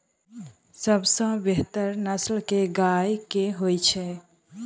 सबसँ बेहतर नस्ल केँ गाय केँ होइ छै?